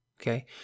okay